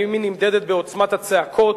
האם היא נמדדת בעוצמת הצעקות,